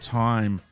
time